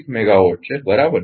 33 megawatt છે બરાબર